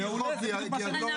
מעולה, זה בדיוק מה שאני שואל.